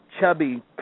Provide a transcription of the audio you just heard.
chubby